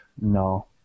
No